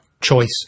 choice